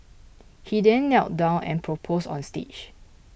he then knelt down and proposed on stage